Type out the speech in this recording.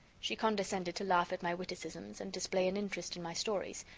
she condescended to laugh at my witticisms and display an interest in my stories.